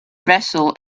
vessel